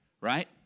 Right